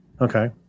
Okay